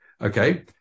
Okay